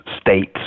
states